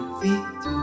feet